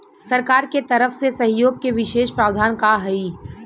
सरकार के तरफ से सहयोग के विशेष प्रावधान का हई?